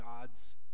god's